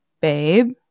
Babe